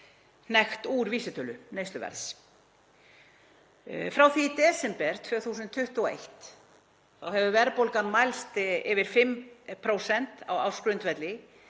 hnekkt úr vísitölu neysluverðs. Frá því í desember árið 2021 hefur verðbólga mælst yfir 5% á ársgrundvelli.